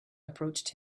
approached